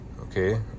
Okay